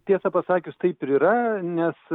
tiesą pasakius taip ir yra nes